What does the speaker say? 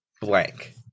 blank